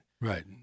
Right